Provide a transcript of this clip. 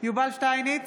יובל שטייניץ,